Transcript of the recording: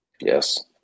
Yes